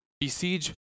besiege